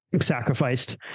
sacrificed